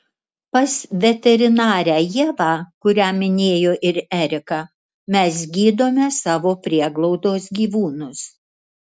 pas veterinarę ievą kurią minėjo ir erika mes gydome savo prieglaudos gyvūnus